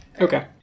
Okay